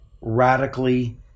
radically